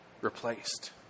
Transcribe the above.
replaced